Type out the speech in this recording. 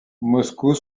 moscou